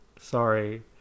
Sorry